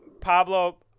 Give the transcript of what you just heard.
Pablo